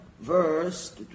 verse